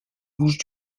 bouches